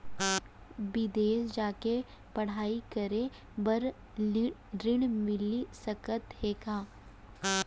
बिदेस जाके पढ़ई करे बर ऋण मिलिस सकत हे का?